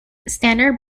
standard